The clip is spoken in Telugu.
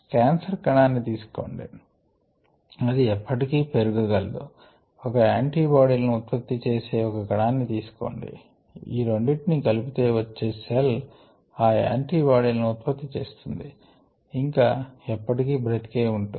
కాన్సర్ కణాన్ని తీసుకొండి అది ఎప్పటికి పెరుగ గలదు ఒకయాంటీ బాడీ లను ఉత్పత్తి చేసే ఒక కణాన్ని తీసుకొండి ఆ రెండిటిని కలిపితే వచ్చే సెల్ ఆ యాంటీ బాడీలను ఉత్పత్తి చేస్తుంది ఇంకా ఎప్పటికి బ్రతికే ఉంటుంది